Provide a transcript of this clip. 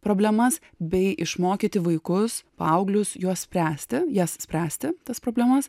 problemas bei išmokyti vaikus paauglius juos spręsti jas spręsti tas problemas